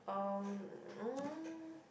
um um